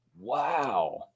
Wow